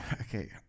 Okay